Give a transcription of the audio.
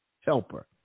helper